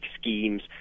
schemes